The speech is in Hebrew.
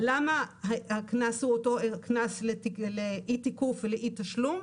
למה הקנס הוא אותו קנס לאי תיקוף ולאי תשלום,